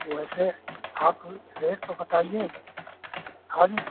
वैसे आप रेट तो बताइए खाली